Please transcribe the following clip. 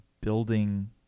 building